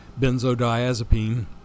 benzodiazepine